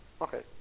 Okay